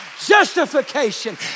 Justification